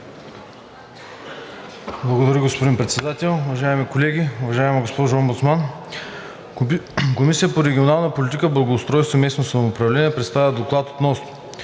Благодаря, господин Председател. Уважаеми колеги, уважаема госпожо Омбудсман! Комисията по регионална политика, благоустройство и местно самоуправление представя: „ДОКЛАД относно